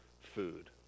food